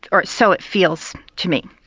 or so it feels to me.